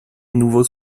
nouveaux